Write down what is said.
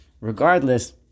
regardless